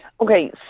okay